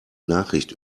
nachricht